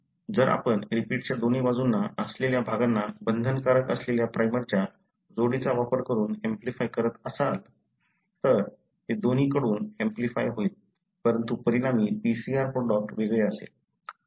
म्हणून जर आपण रिपीटच्या दोन्ही बाजूंना असलेल्या भागांना बंधनकारक असलेल्या प्राइमरच्या जोडीचा वापर करून ऍम्प्लिफाय करत असाल तर ते दोन्ही कडून ऍम्प्लिफाय होईल परंतु परिणामी PCR प्रॉडक्ट वेगळे असेल